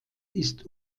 ist